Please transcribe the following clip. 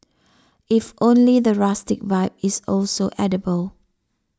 if only the rustic vibe is also edible